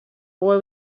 boy